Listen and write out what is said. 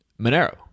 Monero